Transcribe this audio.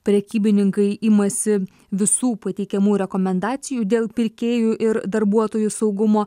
prekybininkai imasi visų pateikiamų rekomendacijų dėl pirkėjų ir darbuotojų saugumo